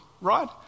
right